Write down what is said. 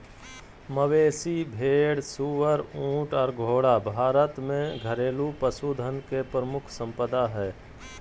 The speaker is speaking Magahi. मवेशी, भेड़, सुअर, ऊँट आर घोड़ा भारत में घरेलू पशुधन के प्रमुख संपदा हय